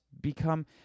become